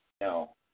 No